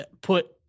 put